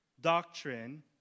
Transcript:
doctrine